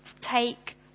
take